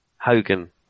Hogan